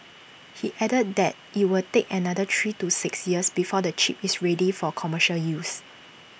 he added that IT will take another three to six years before the chip is ready for commercial use